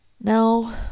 Now